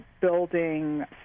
building